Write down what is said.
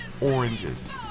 oranges